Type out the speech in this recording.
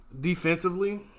defensively